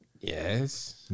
Yes